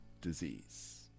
disease